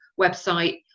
website